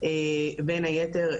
בין היתר,